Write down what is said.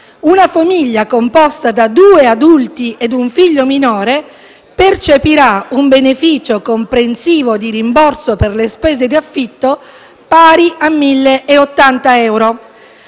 Una famiglia composta da due adulti e un figlio minore percepirà un beneficio comprensivo di rimborso per le spese di affitto pari a 1.080 euro;